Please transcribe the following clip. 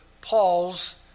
Paul's